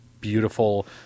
beautiful